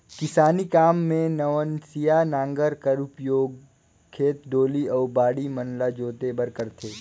किसानी काम मे नवनसिया नांगर कर उपियोग खेत, डोली अउ बाड़ी मन ल जोते बर करथे